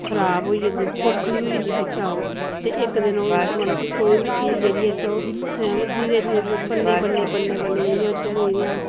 ते ओह् खराब होई जंदी खोखली होई जंदी बिच्चा ओह् ते इक दिन ओह्दे च मतलब कि कोई बी चीज जेह्ड़ी ऐ असें ओह् धीरे धीरे धीरे बल्ले बल्ले बल्ले